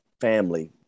family